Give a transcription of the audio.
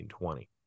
1920